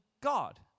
God